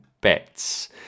bets